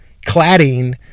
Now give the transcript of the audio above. cladding